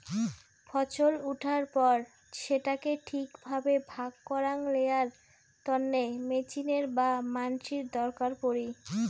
ফছল উঠার পর সেটাকে ঠিক ভাবে ভাগ করাং লেয়ার তন্নে মেচিনের বা মানসির দরকার পড়ি